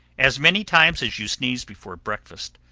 as many times as you sneeze before breakfast,